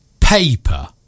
paper